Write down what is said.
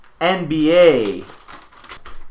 NBA